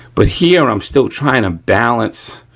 but here i'm still trying to balance